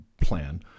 plan